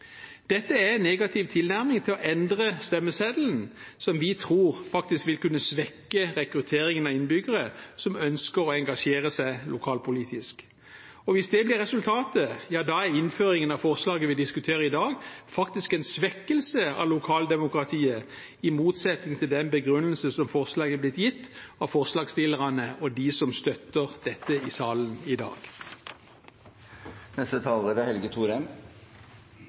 Dette er en negativ tilnærming til å endre stemmeseddelen som vi tror faktisk vil kunne svekke rekrutteringen av innbyggere som ønsker å engasjere seg lokalpolitisk. Hvis det blir resultatet, er innføringen av forslaget vi diskuterer i dag, faktisk en svekkelse av lokaldemokratiet, i motsetning til den begrunnelsen for forslaget som er blitt gitt av forslagsstillerne og dem som støtter dette i salen i dag. Som medforslagsstiller i denne saken er